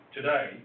Today